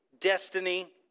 destiny